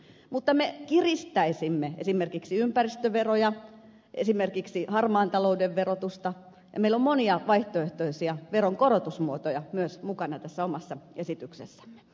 mutta me kiristäisimme esimerkiksi ympäristöveroja esimerkiksi harmaan talouden verotusta ja meillä on monia vaihtoehtoisia veronkorotusmuotoja myös mukana tässä omassa esityksessämme